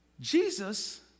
Jesus